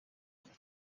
کنیم